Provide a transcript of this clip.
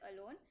alone